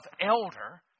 elder